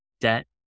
debt